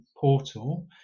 portal